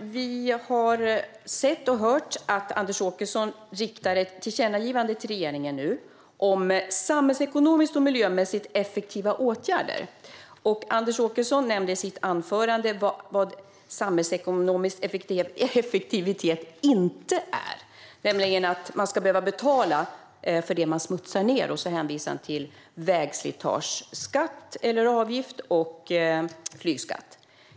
Vi har sett och hört att Anders Åkesson nu riktar ett tillkännagivande till regeringen om samhällsekonomiskt och miljömässigt effektiva åtgärder. Anders Åkesson nämnde i sitt anförande vad samhällsekonomisk effektivitet inte är, nämligen att man ska behöva betala för det man smutsar ned, och så hänvisar han till vägslitageavgift och flygskatt.